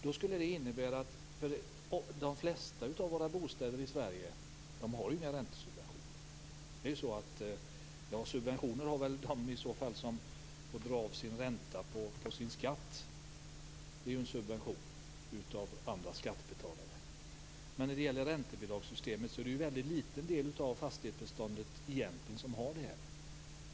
De flesta av våra bostäder i Sverige har inga räntesubventioner. Subventioner har väl i så fall de som får dra av sin ränta på sin skatt. Det är ju en subvention från andra skattebetalare. Det är egentligen en väldigt liten del av fastighetsbeståndet som ingår i räntebidragssystemet.